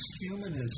humanism